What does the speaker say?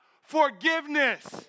Forgiveness